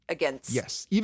Yes